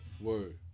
Word